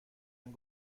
رنگ